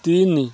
ତିନି